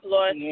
Lord